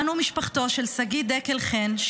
אנו משפחתו של שגיא דקל חן,